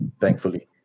thankfully